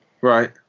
Right